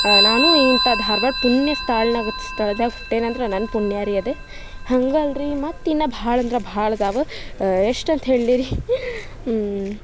ನಾನೂ ಇಂಥ ಧಾರ್ವಾಡ ಪುಣ್ಯ ಸ್ತಾಳ್ನಾಗ್ ಸ್ಥಳ್ದಾಗ ಹುಟ್ಟೇನಂದ್ರೆ ನನ್ನ ಪುಣ್ಯ ರೀ ಅದು ಹಾಗಲ್ಲ ರಿ ಮತ್ತು ಇನ್ನೂ ಭಾಳ ಅಂದ್ರೆ ಭಾಳ ಅದಾವ ಎಷ್ಟಂತ ಹೇಳಲಿ ರೀ